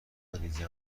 ریزی